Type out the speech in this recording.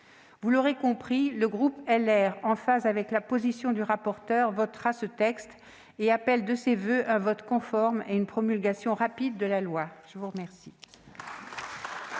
Vous l'aurez compris, le groupe Les Républicains, en phase avec la position du rapporteur, votera ce texte et appelle de ses voeux un vote conforme et une promulgation rapide de la loi. Très bien